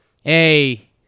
hey